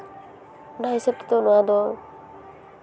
ᱚᱱᱟ ᱦᱤᱥᱟᱹᱵ ᱛᱮᱫᱚ ᱱᱚᱣᱟ ᱫᱚ